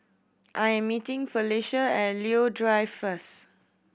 I am meeting Felecia at Leo Drive first